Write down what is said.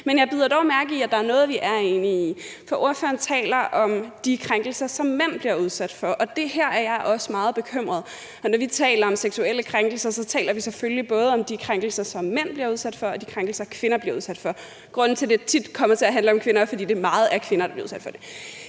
men jeg bider dog mærke i, at der er noget, vi er enige om. For ordføreren taler om de krænkelser, som mænd bliver udsat for, og her er jeg også meget bekymret. Når vi taler om seksuelle krænkelser, taler vi selvfølgelig både om de krænkelser, som mænd bliver udsat for, og de krænkelser, som kvinder bliver udsat for. Grunden til, at det tit kommer til at handle om kvinder, er, at det meget er kvinder, der bliver udsat for dem.